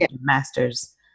master's